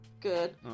Good